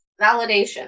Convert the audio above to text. Validation